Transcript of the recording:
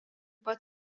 pat